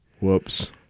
Whoops